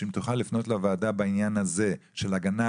אם תוכל לפנות לוועדה בעניין הזה של הגנה